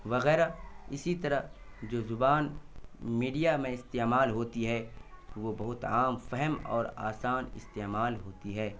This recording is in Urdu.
وغیرہ اسی طرح جو زبان میڈیا میں استعمال ہوتی ہے وہ بہت عام فہم اور آسان استعمال ہوتی ہے